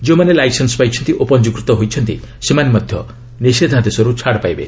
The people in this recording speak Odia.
ଯେଉଁମାନେ ଲାଇସେନ୍ସ ପାଇଛନ୍ତି ଓ ପଞ୍ଜିକୃତ ହୋଇଛନ୍ତି ସେମାନେ ମଧ୍ୟ ନିଷେଧାଦେଶରୁ ଛାଡ଼ ପାଇବେ